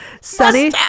sunny